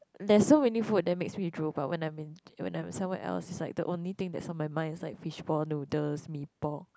there's so many food that makes me drool but when I'm when in I'm at somewhere else is like the only thing that is on my mind is like fish ball noodles Mee-Pok